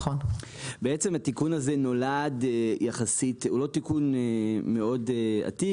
התיקון הזה הוא לא תיקון מאוד עתיק,